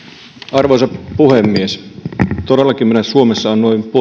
arvoisa puhemies todellakin meillä suomessa on noin puoli